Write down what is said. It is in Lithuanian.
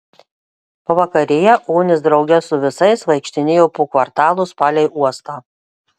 pavakarėje onis drauge su visais vaikštinėjo po kvartalus palei uostą